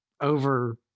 over